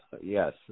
Yes